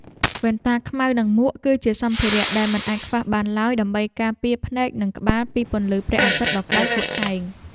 វ៉ែនតាខ្មៅនិងមួក គឺជាសម្ភារៈដែលមិនអាចខ្វះបានឡើយដើម្បីការពារភ្នែកនិងក្បាលពីពន្លឺព្រះអាទិត្យដ៏ក្តៅហួតហែង។